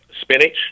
spinach